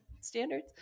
standards